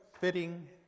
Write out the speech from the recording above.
fitting